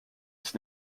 its